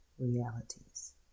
realities